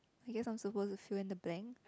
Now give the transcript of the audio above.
I guess I'm supposed to fill in the blank